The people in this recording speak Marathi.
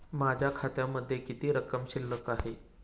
माझ्या खात्यामध्ये किती रक्कम शिल्लक आहे?